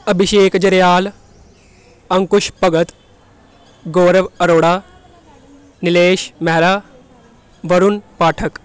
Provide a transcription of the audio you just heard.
Abhishek Jaryal Ankush Bhagat Gaurav Arora Gilesh Mehra Varun Pathak